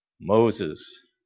Moses